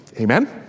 Amen